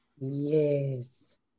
Yes